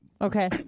Okay